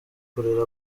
kurera